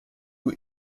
new